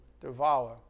devour